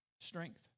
strength